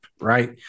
right